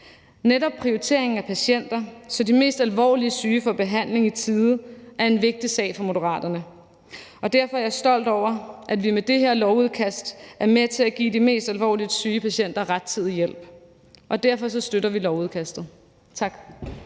Netop prioriteringen af patienter, så de mest alvorligt syge får behandling i tide, er en vigtig sag for Moderaterne, og derfor er jeg stolt over, at vi med det her lovforslag er med til at give de mest alvorligt syge patienter rettidig hjælp, og derfor støtter vi lovforslaget. Kl.